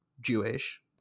Jewish